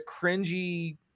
cringy